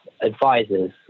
advisors